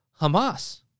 Hamas